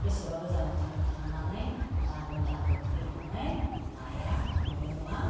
बेसेबा गोजानाव थाङो थांनानै दांग्रोम दांग्रोम फैनानै नाया मोनो मा